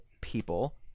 people